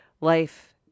life